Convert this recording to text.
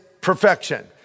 perfection